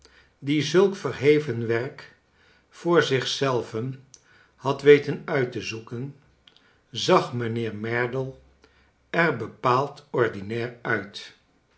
die zulk verheven werk voor zich zelven had weten nit te zoeken zag mijnheer merdle er bepaald ordinair nit